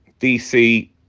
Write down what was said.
DC